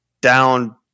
down